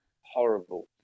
Horrible